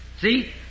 See